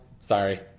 sorry